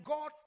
God